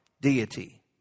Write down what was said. deity